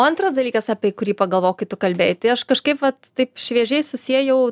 o antras dalykas apie kurį pagalvojau kai tu kalbėjai tai aš kažkaip vat taip šviežiai susiejau